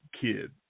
kid